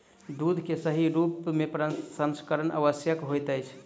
दूध के सही रूप में प्रसंस्करण आवश्यक होइत अछि